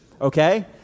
okay